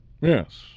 Yes